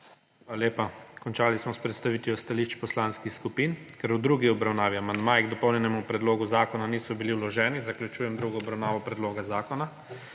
Hvala lepa. Končali smo predstavitev stališč poslanskih skupin. Ker v drugi obravnavi amandmaji k dopolnjenemu predlogu zakona niso bili vloženi, zaključujem drugo obravnavo predloga zakona.